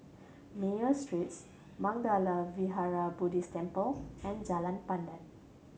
Mayo Street Mangala Vihara Buddhist Temple and Jalan Pandan